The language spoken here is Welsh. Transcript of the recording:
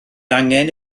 angen